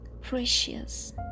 Precious